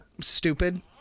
stupid